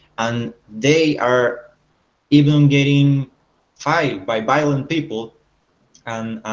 and they are even um getting fight by violent people and